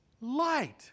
light